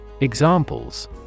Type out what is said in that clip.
Examples